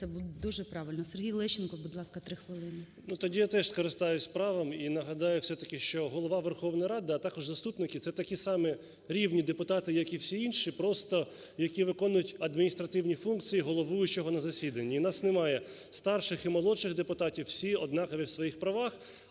буде дуже правильно. Сергій Лещенко, будь ласка, 3 хвилини. 13:53:11 ЛЕЩЕНКО С.А. Ну тоді я теж скористаюся правом і нагадаю все-таки, що Голова Верховної Ради, а також заступники – це такі самі рівні депутати, як і всі інші, просто які виконують адміністративні функції головуючого на засіданні. І у нас немає старших і молодших депутатів, всі однакові в своїх правах.